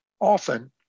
often